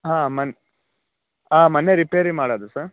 ಹಾಂ ಮನೆ ಮನೆ ರಿಪೇರಿ ಮಾಡೋದು ಸರ್